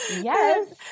yes